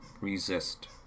resist